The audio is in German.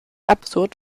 absurd